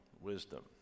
wisdom